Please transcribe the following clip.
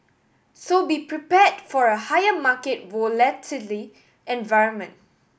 so be prepared for a higher market volatility environment